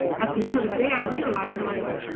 at the end of the day i realized, like,